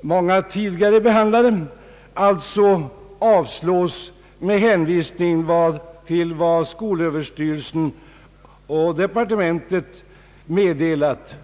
borde ha avstyrkts utan några reservationer, i anledning av vad Sö och departementet meddelat.